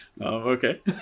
okay